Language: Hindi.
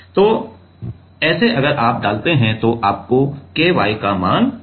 तो ऐसे अगर आप डालते हैं तो आपको K y मान मिलेगा